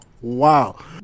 wow